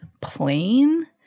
plain